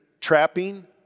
trapping